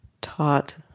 taught